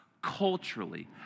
culturally